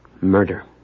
Murder